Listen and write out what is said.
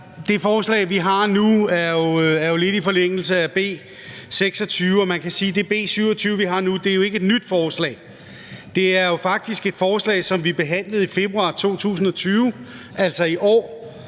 Det forslag, vi har nu, er jo lidt i forlængelse af B 26, og man kan sige, at det B 27, vi har nu, ikke er et nyt forslag. Det er jo faktisk et forslag, som vi behandlede i februar 2020, altså i år,